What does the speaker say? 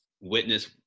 witness